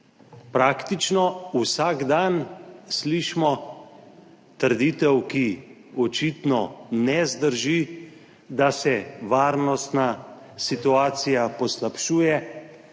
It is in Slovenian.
Praktično vsak dan slišimo trditev, ki očitno ne zdrži – da se varnostna situacija poslabšuje,